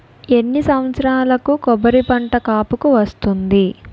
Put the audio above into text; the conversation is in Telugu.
ఎన్ని సంవత్సరాలకు కొబ్బరి పంట కాపుకి వస్తుంది?